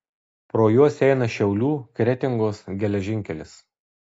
pro juos eina šiaulių kretingos geležinkelis